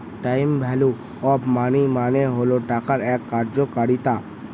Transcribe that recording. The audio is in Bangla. টাইম ভ্যালু অফ মনি মানে হল টাকার এক কার্যকারিতা